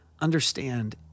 understand